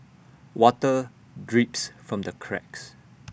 water drips from the cracks